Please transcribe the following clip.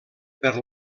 per